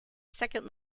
second